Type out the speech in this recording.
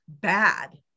bad